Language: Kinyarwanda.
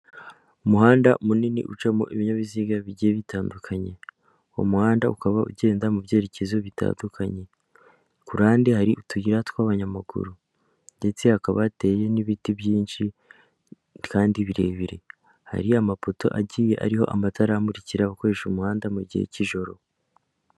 Umuhanda munini ucamo ibinyabiziga bigiye bitandukanye, uwo muhanda ukaba ugenda mu byerekezo bitandukanye, kurunde hari utuyira tw'abanyamaguru ndetse hakaba hateye n'ibiti byinshi kandi birebire, hari amapoto agiye ariho amatara amurikira gukoresha umuhanda mu gihe cy'ijoro.